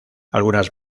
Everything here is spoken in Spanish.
algunas